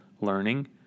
learning